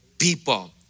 people